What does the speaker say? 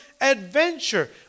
adventure